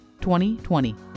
2020